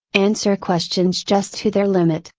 answer questions just to their limit,